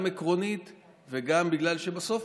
גם עקרונית וגם בגלל שבסוף,